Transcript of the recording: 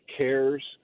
cares